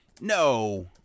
No